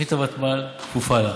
תוכנית הוותמ"ל כפופה לה.